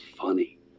funny